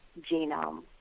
genome